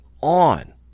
on